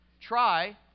Try